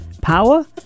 Power